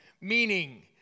meaning